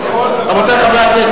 רבותי חברי הכנסת,